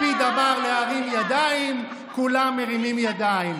לפיד אמר להרים ידיים, כולם מרימים ידיים.